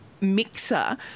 mixer